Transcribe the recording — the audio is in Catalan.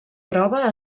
prova